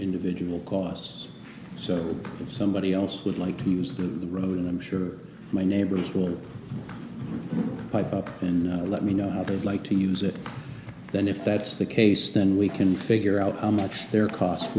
individual costs so if somebody else would like to use the road i'm sure my neighbors will buy in let me know how they'd like to use it then if that's the case then we can figure out how much their cost